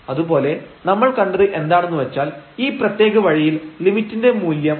അതുപോലെ നമ്മൾ കണ്ടത് എന്താണെന്നു വെച്ചാൽ ഈ പ്രത്യേക വഴിയിൽ ലിമിറ്റിന്റെ മൂല്യം 1√2 ആണെന്നതാണ്